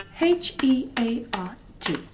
H-E-A-R-T